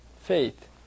Faith